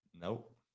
Nope